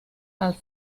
als